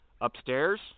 Upstairs